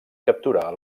capturar